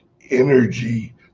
energy